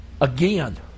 again